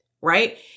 right